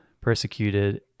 persecuted